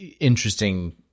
interesting